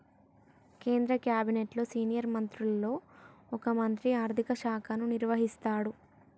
కేంద్ర క్యాబినెట్లో సీనియర్ మంత్రులలో ఒక మంత్రి ఆర్థిక శాఖను నిర్వహిస్తాడు